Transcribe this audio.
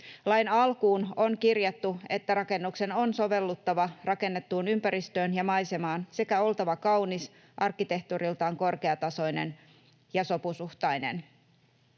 Lain alkuun on kirjattu, että rakennuksen on sovelluttava rakennettuun ympäristöön ja maisemaan sekä oltava kaunis, arkkitehtuuriltaan korkeatasoinen ja sopusuhtainen.